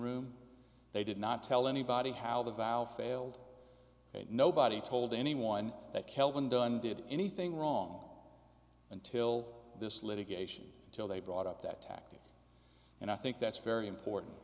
room they did not tell anybody how the valve failed nobody told anyone that kelvin dunn did anything wrong until this litigation until they brought up that tactic and i think that's very important